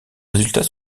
résultats